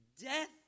death